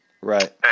Right